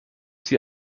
sie